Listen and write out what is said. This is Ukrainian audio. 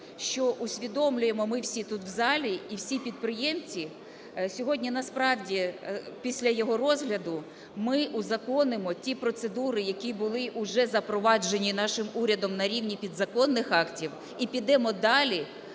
що усвідомлюємо ми тут в залі і всі підприємці, сьогодні насправді після його розгляду ми узаконимо ті процедури, які були вже запроваджені нашим урядом на рівні підзаконних актів. І підемо далі